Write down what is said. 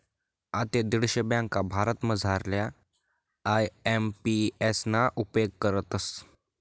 आते दीडशे ब्यांका भारतमझारल्या आय.एम.पी.एस ना उपेग करतस